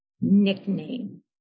nickname